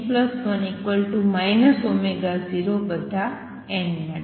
અને nn1 0 બધા n માટે